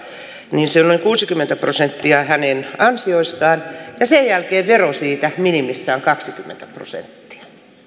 niin se on noin kuusikymmentä prosenttia hänen ansioistaan ja sen jälkeen vero siitä minimissään on kaksikymmentä prosenttia